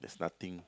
it's nothing